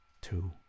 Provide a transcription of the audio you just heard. two